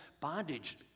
bondage